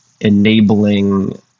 enabling